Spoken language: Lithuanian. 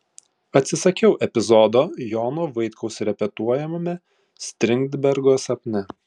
atsisakiau epizodo jono vaitkaus repetuojamame strindbergo sapne